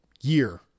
year